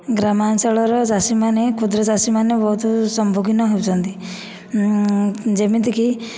ଗ୍ରାମାଞ୍ଚଳର ଚାଷୀ ମାନେ କ୍ଷୁଦ୍ରଚାଷୀମାନେ ବହୁତ ସମ୍ମୁଖୀନ ହେଉଛନ୍ତି ଯେମିତିକି